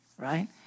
right